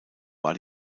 war